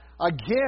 Again